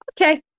Okay